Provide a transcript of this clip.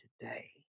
today